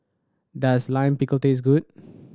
does Lime Pickle taste good